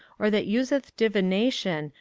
or that useth divination,